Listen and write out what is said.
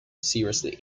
seriously